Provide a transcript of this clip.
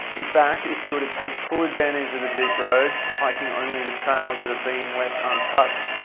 in fact, if you were to take full advantage of the jeep roads, hiking only the trails that have been left untouched,